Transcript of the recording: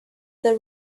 there